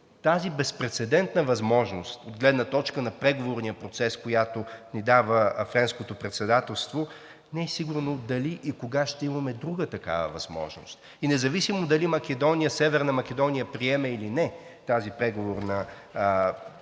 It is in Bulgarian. тази безпрецедентна възможност от гледна точка на преговорния процес, която ни дава Френското председателство, не е сигурно дали и кога ще имаме друга такава възможност. И независимо дали Македония, Северна Македония, приеме или не тази преговорна позиция,